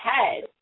head